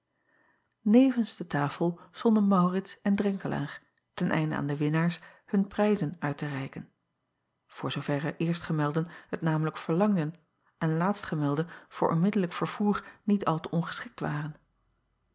evens de tafel stonden aurits en renkelaer ten einde aan de winnaars hun prijzen uit te reiken voor zooverre eerstgemelden t namelijk verlangden en laatstgemelde voor onmiddellijk vervoer niet al te ongeschikt waren